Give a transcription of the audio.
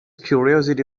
curiosity